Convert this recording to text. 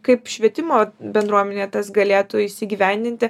kaip švietimo bendruomenėje tas galėtų įsigyvendinti